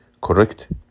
correct